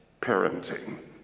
parenting